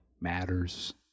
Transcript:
matters